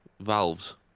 valves